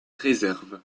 réserve